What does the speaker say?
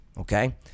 okay